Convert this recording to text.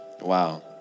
Wow